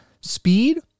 speed